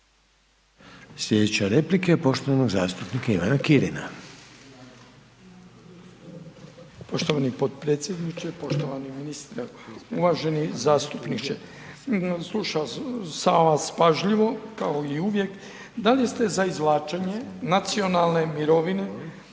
Sljedeća replika je poštovanog zastupnika Ivana Kirina. **Kirin, Ivan (HDZ)** Poštovani potpredsjedniče, poštovani ministre. Uvaženi zastupniče. Slušao sam vas pažljivo kao i uvijek, da li ste izvlačenja nacionalne mirovine